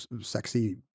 sexy